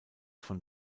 von